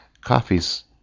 coffee's